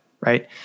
Right